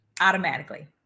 automatically